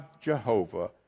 Jehovah